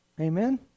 Amen